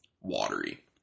watery